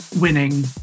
winning